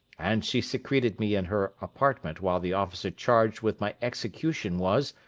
and she secreted me in her apartment while the officer charged with my execution was,